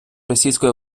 російської